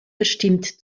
verstimmt